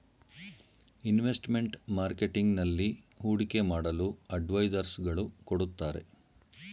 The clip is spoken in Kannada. ಇನ್ವೆಸ್ಟ್ಮೆಂಟ್ ಮಾರ್ಕೆಟಿಂಗ್ ನಲ್ಲಿ ಹೂಡಿಕೆ ಮಾಡಲು ಅಡ್ವೈಸರ್ಸ್ ಗಳು ಕೊಡುತ್ತಾರೆ